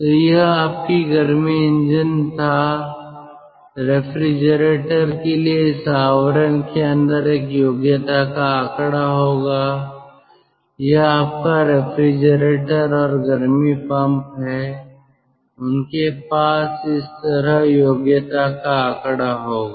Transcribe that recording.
तो यह आपकी गर्मी इंजन था रेफ्रिजरेटर के लिए इस आवरण के अंदर एक योग्यता का आंकड़ा होगा यह आपका रेफ्रिजरेटर और गर्मी पंप है उनके पास इस तरह योग्यता का आंकड़ा होगा